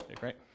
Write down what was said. right